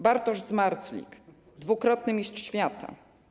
Bartosz Zmarzlik, dwukrotny mistrz świata.